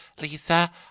Lisa